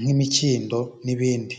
nk'imikindo n'ibindi.